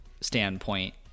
standpoint